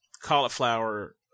cauliflower